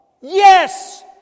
Yes